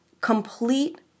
complete